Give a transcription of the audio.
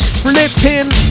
flipping